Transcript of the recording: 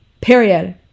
period